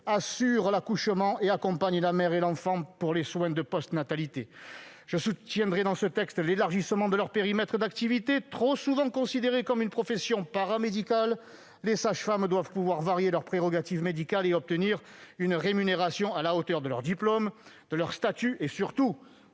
assurent l'accouchement et accompagnent la mère et l'enfant pour les soins de post-natalité. Je soutiendrai dans ce texte l'élargissement du périmètre de leur activité. Trop souvent considérées comme exerçant une profession paramédicale, les sages-femmes doivent pouvoir varier leurs prérogatives médicales et obtenir une rémunération à la hauteur de leur diplôme, de leur statut et surtout